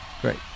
Great